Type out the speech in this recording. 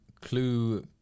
clue